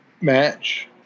match